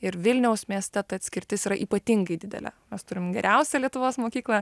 ir vilniaus mieste ta atskirtis yra ypatingai didelė mes turim geriausią lietuvos mokyklą